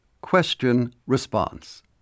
Question-Response